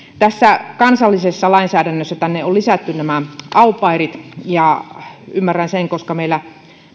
tässä kansallisessa lainsäädännössä tänne on lisätty nämä au pairit ja ymmärrän sen koska meillä